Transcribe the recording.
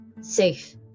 safe